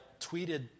tweeted